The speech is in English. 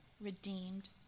redeemed